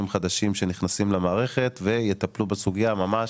חדשים שנכנסים למערכת ויטפלו בסוגייה ממש